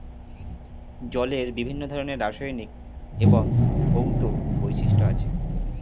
জলের বিভিন্ন ধরনের রাসায়নিক এবং ভৌত বৈশিষ্ট্য আছে